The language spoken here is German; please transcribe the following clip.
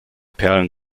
perlen